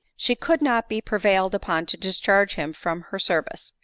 she could not be prevailed upon to discharge him from her service.